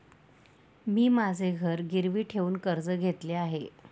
मी माझे घर गिरवी ठेवून कर्ज घेतले आहे